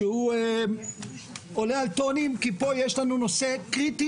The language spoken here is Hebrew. שהוא עולה על טונים כי פה יש לנו נושא קריטי,